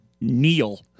Neil